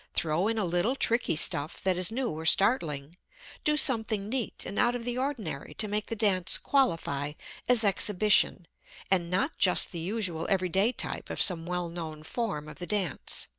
throw in a little tricky stuff that is new or startling do something neat and out of the ordinary to make the dance qualify as exhibition and not just the usual every-day type of some well-known form of the dance.